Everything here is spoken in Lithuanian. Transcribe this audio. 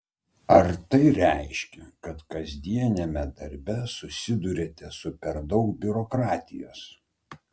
ar tai reiškia kad kasdieniame darbe susiduriate su per daug biurokratijos